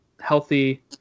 healthy